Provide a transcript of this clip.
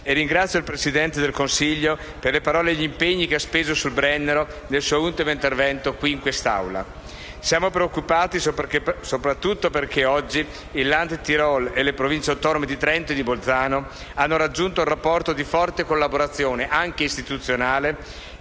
Ringrazio il Presidente del Consiglio per le parole e gli impegni che ha speso sul Brennero nel suo ultimo intervento in quest'Assemblea. Siamo soprattutto preoccupati perché oggi il *land* Tirol e le Province autonome di Trento e di Bolzano hanno raggiunto un rapporto di forte collaborazione, anche istituzionale,